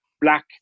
black